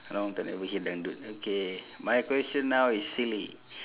long time never hear dangdut okay my question now is silly